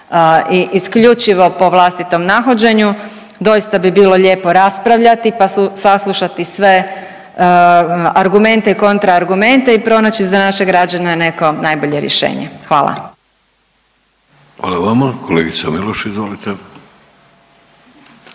i isključivo po vlastitom nahođenju, doista bi bilo lijepo raspravljati pa saslušati sve argumente i kontraargumente i pronaći za naše građane neko najbolje rješenje. Hvala. **Vidović, Davorko